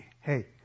Hey